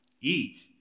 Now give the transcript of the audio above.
eat